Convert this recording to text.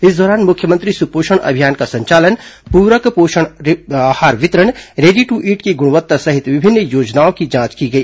इस दौरान मुख्यमंत्री सुपोषण अभियान का संचालन पूरक पोषण आहार वितरण रेडी ट्र ईंट की गुणवत्ता सहित विभिन्न योजनाओं की जांच की गई